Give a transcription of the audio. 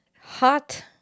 hot